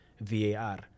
var